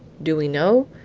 do we know?